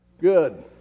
Good